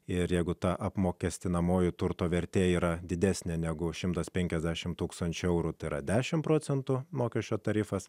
ir jeigu ta apmokestinamoji turto vertė yra didesnė negu šimtas penkiasdešimt tūkstančių eurų tai yra dešimt procentų mokesčio tarifas